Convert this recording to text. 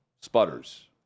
sputters